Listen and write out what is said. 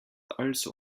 also